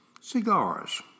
Cigars